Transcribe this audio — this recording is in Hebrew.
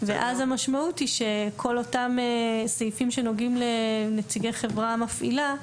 ואז המשמעות היא שכל אותם סעיפים שנוגעים לנציגי חברה מפעילה,